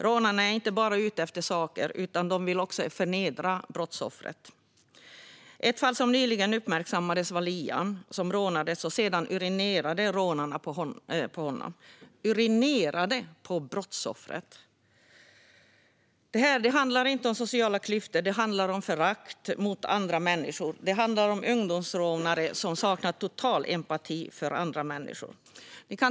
Rånarna är inte bara ute efter saker, utan de vill förnedra brottsoffret. Ett fall som nyligen uppmärksammades var Liam. Han rånades, och sedan urinerade rånarna på honom. De urinerade på brottsoffret! Detta handlar inte om sociala klyftor. Det handlar om förakt mot andra människor. Det handlar om ungdomsrånare som totalt saknar empati för andra människor.